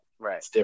Right